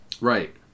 right